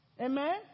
Amen